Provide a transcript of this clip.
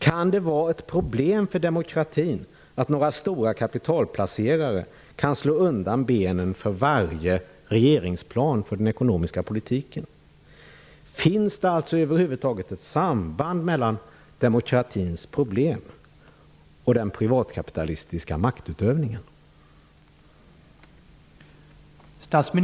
Kan det vara ett problem för demokratin att några stora kapitalplacerare kan slå undan benen för varje regeringsplan för den ekonomiska politiken? Finns det över huvud taget ett samband mellan demokratins problem och den privatkapitalistiska maktutövningen?